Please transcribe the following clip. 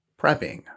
prepping